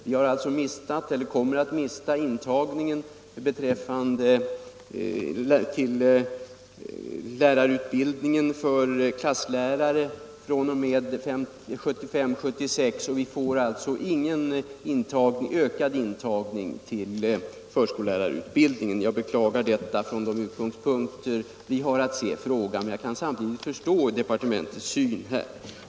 Vi kommer att mista intagningen till lärarutbildningen för klasslärare fr.o.m. 1975/76 och får ingen ökad intagning till förskollärarutbildningen. Jag beklagar detta från de utgångspunkter vi betraktar denna fråga, men jag kan samtidigt förstå departementets syn.